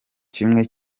kimwe